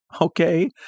Okay